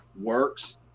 works